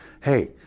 hey